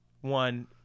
one